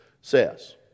says